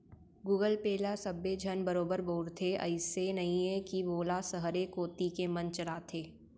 Google Pay ल सबे झन बरोबर बउरथे, अइसे नइये कि वोला सहरे कोती के मन चलाथें